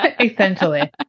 Essentially